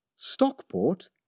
Stockport